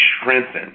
strengthened